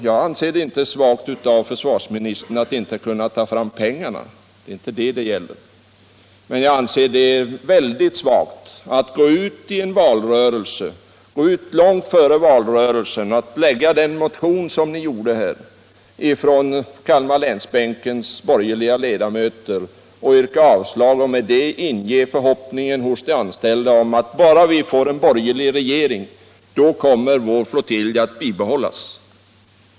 Jag anser det inte svagt av försvarsministern att inte kunna ta fram pengarna, men jag anser det väldigt svagt att gå ut i en valrörelse, och långt före valrörelsen med den motion som väcktes av de borgerliga ledamöterna på Kalmarbänken och yrka avslag på nedläggningen. Därmed ingav man hos de anställda förhoppningar om att flottiljen skulle kunna behållas bara det blev en borgerlig regering.